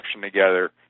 together